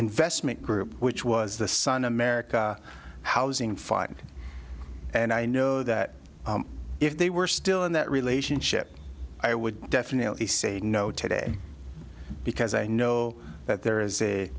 investment group which was the son america housing five and i know that if they were still in that relationship i would definitely say no today because i know that there is